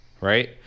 right